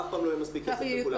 אף פעם לא יהיה מספיק כסף לכולם.